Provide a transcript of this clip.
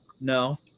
No